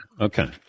okay